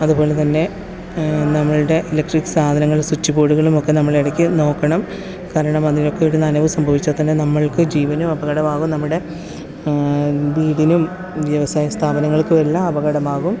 അതുപോലെ തന്നെ നമ്മളുടെ ഇലക്ട്രിക് സാധനങ്ങൾ സ്വിച്ച് ബോഡുകളുമൊക്കെ നമ്മൾ ഇടയ്ക്ക് നോക്കണം കാരണം അതിനൊക്കെ ഒരു നനവ് സംഭവിച്ചാൽ തന്നെ നമ്മൾക്ക് ജീവനും അപകടമാവും നമ്മുടെ വീടിനും വ്യവസായ സ്ഥാപനങ്ങൾക്കുമെല്ലാം അപകടമാകും